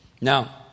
Now